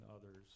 others